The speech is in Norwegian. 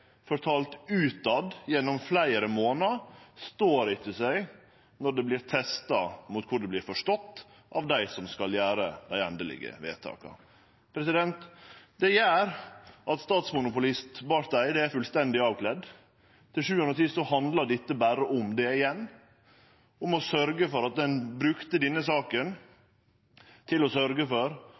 fortalt der ute gjennom fleire månader, står seg ikkje når det vert testa mot korleis det vert forstått av dei som skal gjere dei endelege vedtaka. Det gjer at statsmonopolist Barth Eide er fullstendig avkledd: Til sjuande og sist handlar dette berre om at ein brukte denne saka til å sørgje for at kommunane ikkje kan hente denne verdiskapinga i framtida – det skal statsmonopolet fortsetje å